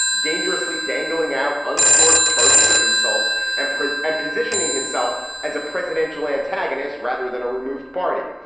dangerously dangling out unsourced charges or insults and print and positioning himself as a presidential antagonist rather than a removed party.